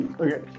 Okay